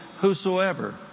whosoever